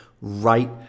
right